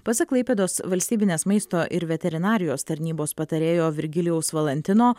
pasak klaipėdos valstybinės maisto ir veterinarijos tarnybos patarėjo virgilijaus valantino